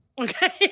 Okay